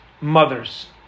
mothers